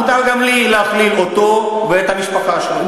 מותר גם לי להכליל אותו ואת המשפחה שלו,